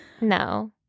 no